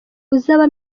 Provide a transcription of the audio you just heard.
uzaba